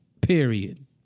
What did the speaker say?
Period